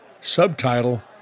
Subtitle